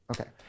Okay